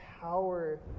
power